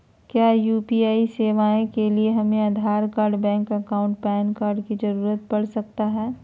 क्या यू.पी.आई सेवाएं के लिए हमें Aadhaar card bank account PAN card की जरूरत पड़ सकता है?